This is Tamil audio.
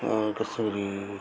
கிருஷ்ணகிரி